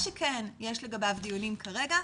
מה שכן יש לגביו דיונים כרגע,